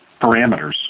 parameters